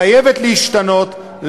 חייבות להשתנות,